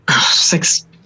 Six